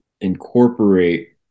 incorporate